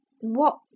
What